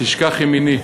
תשכח ימיני,